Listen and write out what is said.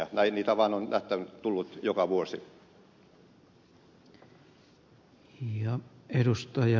näin niitä vaan on tullut joka vuosi